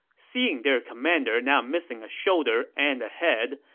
seeing their commander now missing a shoulder and a head,